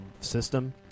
system